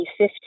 2015